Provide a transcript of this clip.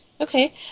Okay